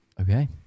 Okay